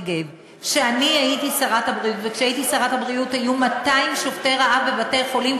שכשאני הייתי שרת הבריאות היו 200 שובתי רעב בבתי-חולים,